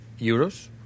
euros